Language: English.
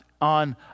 on